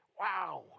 Wow